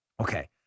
Okay